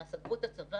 מה, סגרו את הצבא?